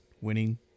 winning